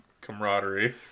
camaraderie